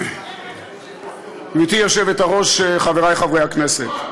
גברתי היושבת-ראש, חברי חברי הכנסת,